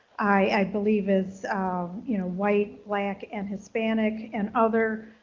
i believe, is um you know white, black, and hispanic, and other,